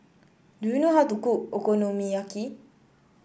do you know how to cook Okonomiyaki